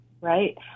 right